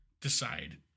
decide